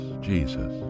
jesus